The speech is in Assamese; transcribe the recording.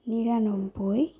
নিৰান্নব্বৈ